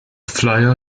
flyer